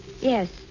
Yes